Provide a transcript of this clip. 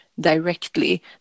directly